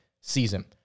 season